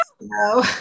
no